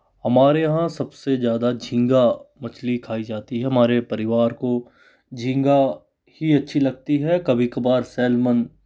हमारे यहाँ सबसे ज़्यादा झींगा मछली खाई जाती है हमारे परिवार को झींगा ही अच्छी लगती है कभी कभार सेलमन